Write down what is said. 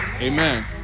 Amen